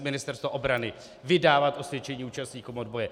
Ministerstvo obrany vydávat osvědčení účastníkům odboje!